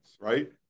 right